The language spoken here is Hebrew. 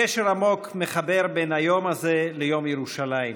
קשר עמוק מחבר בין היום הזה ליום ירושלים,